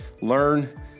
learn